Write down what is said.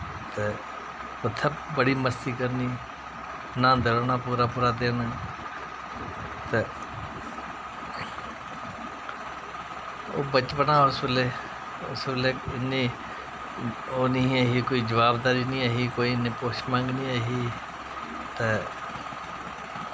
ते उत्थें बड़ी मस्ती करनी न्हांदे रौह्ना पूरा पूरा दिन ते ओह् बचपना हा उसलै उसलै इन्नी ओह् नेईं ऐ कोई जवाबदारी निं ऐही कोई इन्नी पुच्छ मंग निं ऐ ही ते